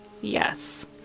yes